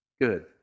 Good